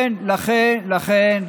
מתנחלים.